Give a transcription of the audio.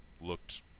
looked